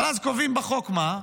אבל אז קובעים בחוק, מה?